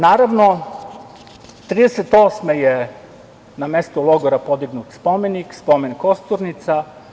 Naravno, 1938. godine na mestu logora podignut spomenik, spomen „Kosturnica“